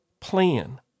plan